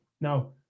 Now